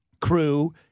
crew